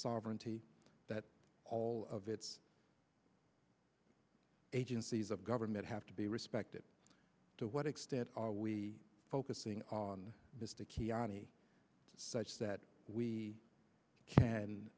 sovereignty that all of its agencies of government have to be respected to what extent are we focusing on this day kiani such that we can